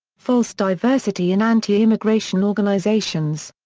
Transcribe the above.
false diversity in anti-immigration organizations.